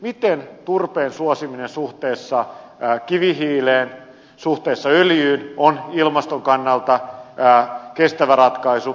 miten turpeen suosiminen suhteessa kivihiileen suhteessa öljyyn on ilmaston kannalta kestävä ratkaisu